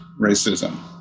racism